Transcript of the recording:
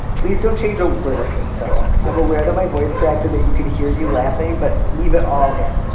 please don't change a word of this. i'm aware that my voice cracked a that you can hear you laughing. but leave it all in.